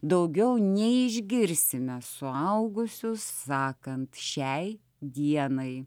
daugiau neišgirsime suaugusius sakant šiai dienai